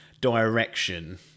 direction